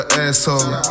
asshole